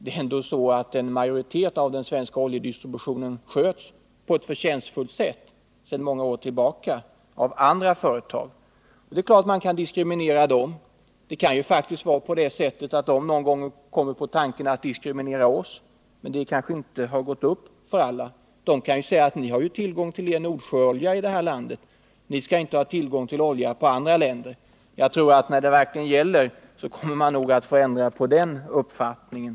Största delen av den svenska oljedistributionen sköts sedan många år tillbaka på ett förtjänstfullt sätt av andra företag. Det är klart att man kan diskriminera dem. Faktiskt kan det vara så att de någon gång kommer på tanken att diskriminera oss, men det kanske inte har gått upp för alla. De skulle kunna säga: Ni har ju tillgång till Nordsjöolja i det här landet. Ni behöver då inte ha någon tillgång till olja från andra länder. När det verkligen gäller tror jag att man kommer att få ändra på den uppfattningen.